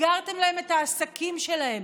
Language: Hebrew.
סגרתם להם את העסקים שלהם,